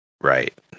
Right